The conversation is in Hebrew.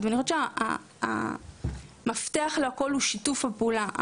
ואני חושבת שהמפתח להכול הוא שיתוף פעולה.